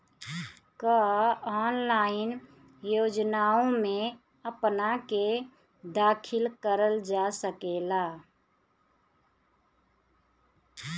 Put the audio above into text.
का ऑनलाइन योजनाओ में अपना के दाखिल करल जा सकेला?